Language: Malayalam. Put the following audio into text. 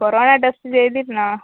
കൊറോണ ടെസ്റ്റ് ചെയ്തിരുന്നോ